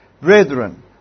Brethren